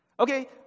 Okay